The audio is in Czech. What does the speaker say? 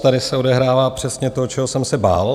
Tady se odehrává přesně to, čeho jsem se bál.